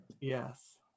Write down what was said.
Yes